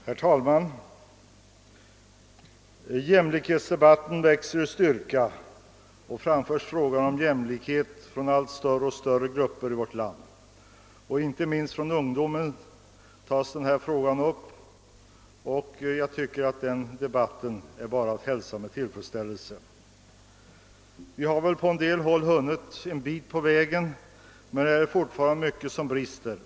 Herr talman! Jämlikhetsdebatten växer i styrka, och frågan om jämlikhet framförs av allt större och större grupper i vårt land. Inte minst ungdomen har tagit upp denna fråga, och jag tycker att detta bara är att hälsa med tillfredsställelse. Vi har väl på en del håll hunnit en bit på väg, men det är fortfarande mycket som brister.